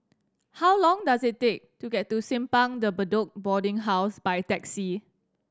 how long does it take to get to Simpang De Bedok Boarding House by taxi